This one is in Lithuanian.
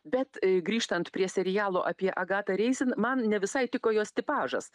bet grįžtant prie serialo apie agatą reisin man nevisai tiko jos tipažas